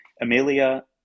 Amelia